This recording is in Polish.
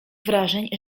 wrażeń